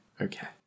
okay